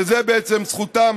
שזו בעצם זכותם